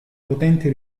potenti